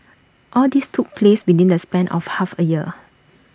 all this took place within the span of half A year